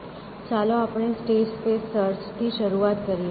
ચાલો આપણે state space search થી શરૂઆત કરીએ